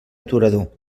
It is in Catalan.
aturador